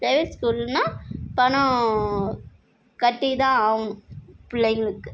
private ஸ்கூல்னா பணம் கட்டிதான் ஆகணும் பிள்ளைங்களுக்கு